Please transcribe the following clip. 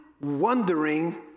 wondering